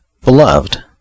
Beloved